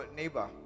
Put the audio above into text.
neighbor